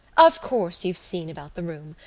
of course, you've seen about the room.